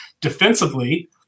Defensively